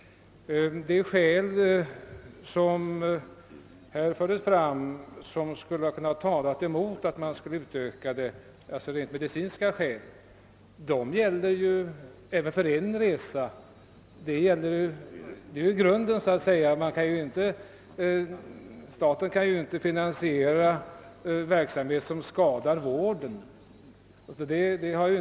De rent medicinska skäl som herr Nilsson i Tvärålund berörde och som skulle talat emot en ökning av antalet fria resor gäller naturligtvis också för en resa. Staten kan ju inte finansiera en verksamhet som är till men för vården.